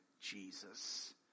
Jesus